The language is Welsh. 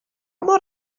mor